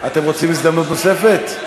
אתם רוצים הזדמנות נוספת?